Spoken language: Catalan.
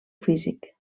físic